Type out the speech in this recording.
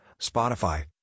Spotify